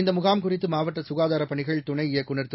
இந்த முகாம் குறித்து மாவட்ட க்காதாரப் பணிகள் துணை இயக்குநர் திரு